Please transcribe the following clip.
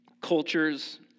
cultures